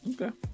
Okay